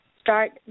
start